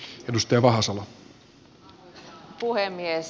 arvoisa puhemies